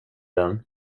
den